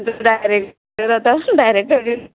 director आतां डायरेक्टरा कडेन